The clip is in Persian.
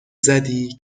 زدی